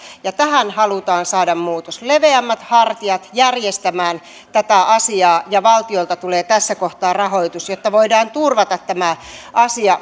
ja tähän halutaan saada muutos leveämmät hartiat järjestämään tätä asiaa ja valtiolta tulee tässä kohtaa rahoitus jotta voidaan turvata tämä asia